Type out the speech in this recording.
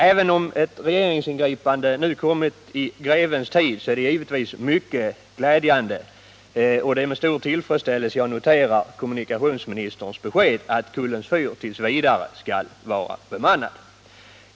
Även om regeringsingripandet nu kommit i grevens tid, är det givetvis mycket glädjande, och det är med stor tillfredsställelse jag noterar kommunikationsministerns besked att Kullens fyr t. v. skall vara bemannad.